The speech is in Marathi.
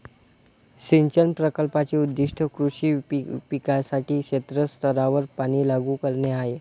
सिंचन प्रकल्पाचे उद्दीष्ट कृषी पिकांसाठी क्षेत्र स्तरावर पाणी लागू करणे आहे